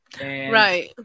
right